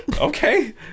Okay